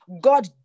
God